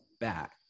back